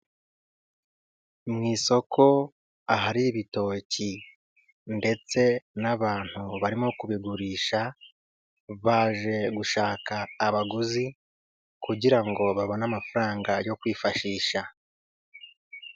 Mu isoko ahari ibitoki ndetse n'abantu barimo kubigurisha, baje gushaka abaguzi kugira ngo babone amafaranga yo kwifashisha.